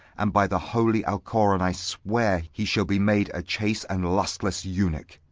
and by the holy alcoran i swear, he shall be made a chaste and lustless eunuch,